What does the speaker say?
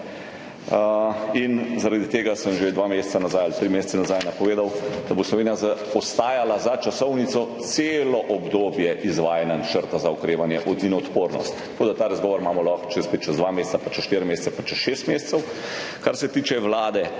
Zaradi tega sem že dva ali tri mesece nazaj napovedal, da bo Slovenija zaostajala za časovnico celo obdobje izvajanja Načrta za okrevanje in odpornost. Tako da ta razgovor imamo lahko spet čez dva meseca, pa čez štiri mesece, pa čez šest mesecev. Kar se tiče vlade.